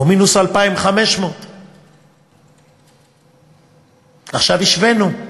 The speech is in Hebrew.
או מינוס 2,500. עכשיו השווינו.